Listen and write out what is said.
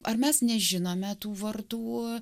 ar mes nežinome tų vardų